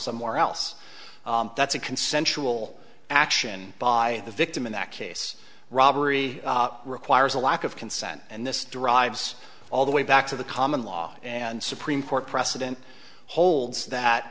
somewhere else that's a consensual action by the victim in that case robbery requires a lack of consent and this derives all the way back to the common law and supreme court precedent holds that